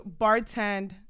bartend